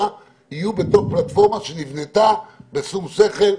יהיו בתוך פלטפורמה שנבנתה בשום שכל,